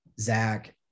Zach